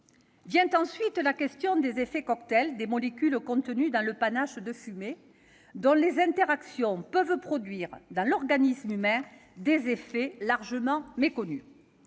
se pose la question des effets cocktails des molécules contenues dans le panache de fumée, dont les interactions peuvent produire dans l'organisme humain des effets largement méconnus.